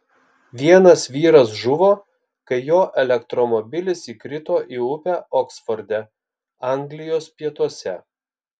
vienas vyras žuvo kai jo elektromobilis įkrito į upę oksforde anglijos pietuose